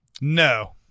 No